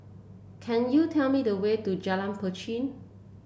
can you tell me the way to Jalan Pacheli